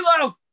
love